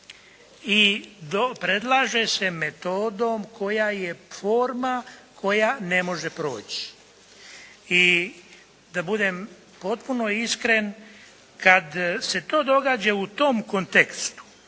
to predlaže se metodom koja je forma koja ne može proći. I da budem potpuno iskren kad se to događa u tom kontekstu